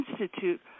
Institute